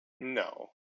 No